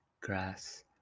grass